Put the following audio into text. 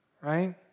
right